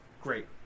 great